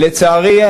לצערי,